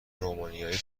رومانیایی